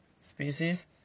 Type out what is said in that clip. species